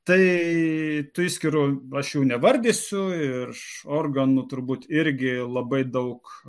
tai tų išskyrų aš jų nevardysiu iš organų turbūt irgi labai daug